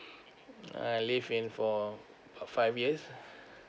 I live in for err five years